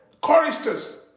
choristers